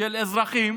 של אזרחים